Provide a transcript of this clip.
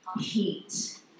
Heat